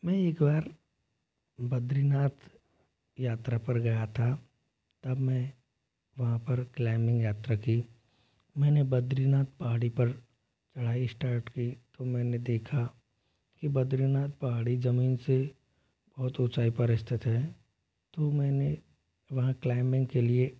मैं एक बार बद्रीनाथ यात्रा पर गया था तब मैं वहाँ पर क्लाइंबिंग यात्रा की मैंने बद्रीनाथ पहाड़ी पर चढ़ाई स्टार्ट की तो मैंने देखा कि बद्रीनाथ पहाड़ी जमीन से बहुत ऊँचाई पर स्थित है तो मैंने वहाँ क्लाइंबिंग के लिए